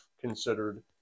considered